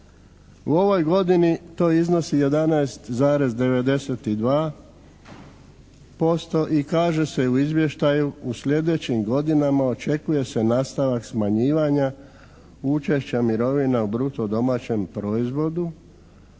U ovoj godini to iznosi 11,92% i kaže se u izvještaju u sljedećim godinama očekuje se nastavak smanjivanja učešća mirovina u bruto domaćem proizvodu